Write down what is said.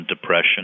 depression